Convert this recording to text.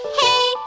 hey